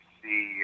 see